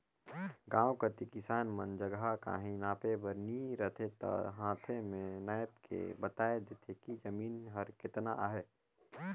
गाँव कती किसान मन जग काहीं नापे बर नी रहें ता हांथे में नाएप के बताए देथे कि जमीन हर केतना अहे